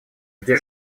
где